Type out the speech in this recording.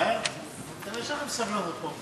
יש לכם סבלנות פה,